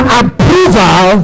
approval